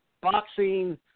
boxing